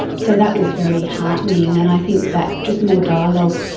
so that was very heartening, and i think that, just more dialogue.